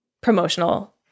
promotional